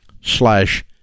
slash